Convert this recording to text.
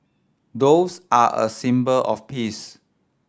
doves are a symbol of peace